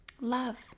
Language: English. Love